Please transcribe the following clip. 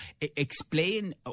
explain